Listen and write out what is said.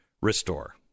restore